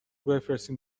بفرستین